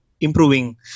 improving